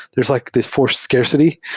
there's like this for scarcity,